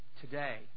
Today